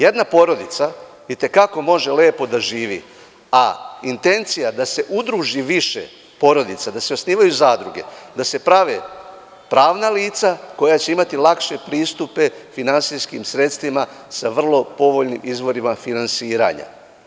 Jedna porodica i te kako može lepo da živi, a intencija da se udruži više porodica, da se osnivaju zadruge, da se prave pravna lica koja će imati lakše pristupe finansijskim sredstvima sa vrlo povoljnim izvorima finansiranja.